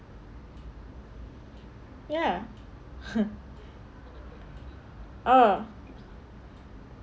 ya ha oh